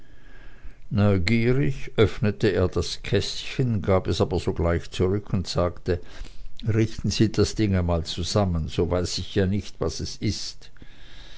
neugierig öffnete er das kästchen gab es aber sogleich zurück und sagte richten sie einmal das ding zusammen so weiß ich ja nicht was es ist